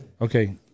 Okay